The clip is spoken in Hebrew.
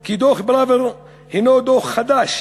כי דוח פראוור הוא דוח חדש,